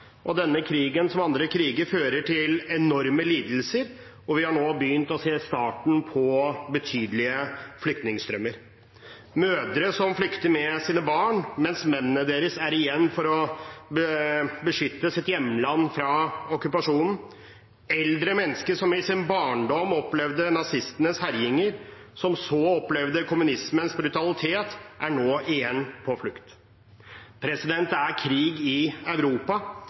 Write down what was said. og denne krigen – som andre kriger – fører til enorme lidelser, og vi har nå begynt å se starten på betydelige flyktningstrømmer. Det er mødre som flykter med sine barn, mens mennene deres er igjen for å beskytte sitt hjemland fra okkupasjonen. Eldre mennesker som i sin barndom opplevde nazistenes herjinger, for så å oppleve kommunismens brutalitet, er nå igjen på flukt. Det er krig i Europa,